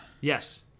Yes